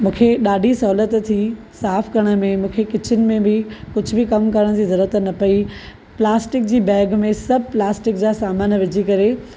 मूंखे डा॒ढी सहुलियत थी स़ाफ करण में मूंखे किचन में कुझु बि कमु करण जी ज़रूरत न पई प्लास्टिक जी बैग में सभु प्लास्टिक जा सामान विझी करे